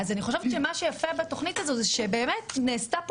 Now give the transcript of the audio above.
אז אני חושבת שמה שיפה בתוכנית הזו זה שבאמת נעשתה פה